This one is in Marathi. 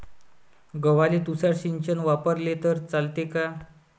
गव्हाले तुषार सिंचन वापरले तर चालते का?